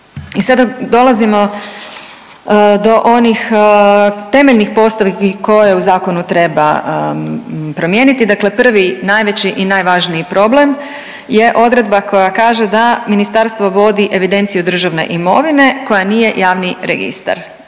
sada dolazimo do onih temeljnih postavki koje u zakonu treba promijeniti, dakle prvi najveći i najvažniji problem je odredba koja kaže da ministarstvo vodi evidenciju državne imovine koja nije javni registar,